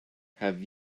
have